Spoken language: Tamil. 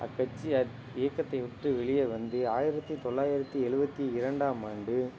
அக்கட்சி அ இயக்கத்தை விட்டு வெளியே வந்து ஆயரத்து தொள்ளாயரத்து ஏழுவத்தி இரண்டாம் ஆண்டு